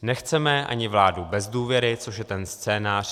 Nechceme ani vládu bez důvěry, což je ten scénář.